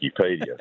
Wikipedia